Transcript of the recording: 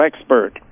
expert